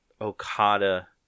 Okada